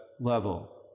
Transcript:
level